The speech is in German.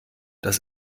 das